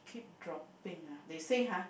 keep dropping ah they say !huh!